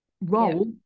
role